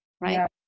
right